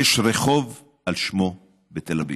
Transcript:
יש רחוב על שמו בתל אביב.